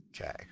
Okay